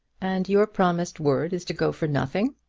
and your promised word is to go for nothing?